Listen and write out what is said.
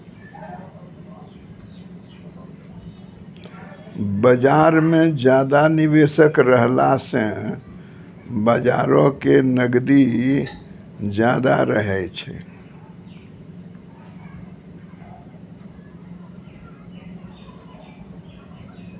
बजार मे ज्यादा निबेशक रहला से बजारो के नगदी ज्यादा रहतै